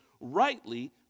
rightly